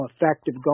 effective